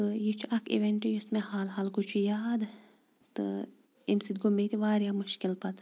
تہٕ یہِ چھُ اکھ ایوینٹ یُس مےٚ حال حالکُے چُھ یاد تہٕ امہِ سۭتۍ گوٚو مےٚ تہِ واریاہ مُشکل پتہٕ